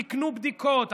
תקנו בדיקות,